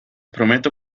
prometo